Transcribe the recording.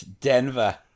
Denver